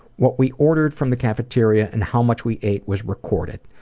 what we ordered from the cafeteria and how much we ate was recorded.